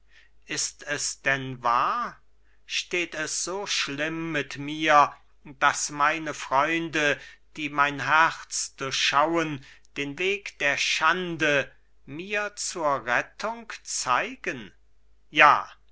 ist es denn wahr steht es so schlimm mit mir daß meine freunde die mein herz durchschauen den weg der schande mir zur rettung zeigen ja